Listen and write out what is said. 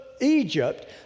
Egypt